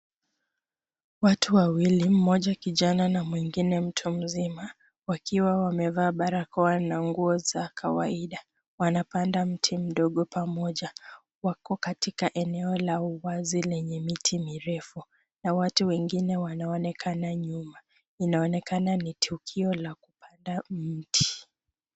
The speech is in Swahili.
Watu wawili, mmoja kijana na mwingine mtu mzima, wakiwa wamevaa barakoa na nguo za kawaida. Wanapanda mti mdogo pamoja. Wako katika eneo la uwazi lenye miti mirefu na watu wengine wanaonekana nyuma. Inaonekana ni tukio la kupanda mti.